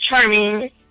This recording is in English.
Charming